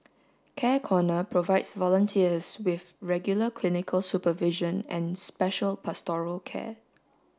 care corner provides volunteers with regular clinical supervision and special pastoral care